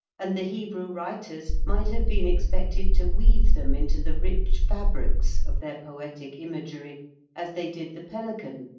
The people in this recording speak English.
and the hebrew writers might have been expected to weave them into the rich fabrics of their poetic imagery as they did the pelican,